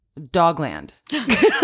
Dogland